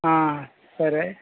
సరే